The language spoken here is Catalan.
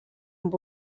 amb